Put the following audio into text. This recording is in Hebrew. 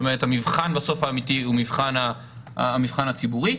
המבחן האמיתי בסוף הוא המבחן הציבורי.